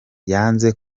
yanze